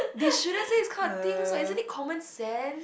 they shouldn't say this kind of things what isn't it common sense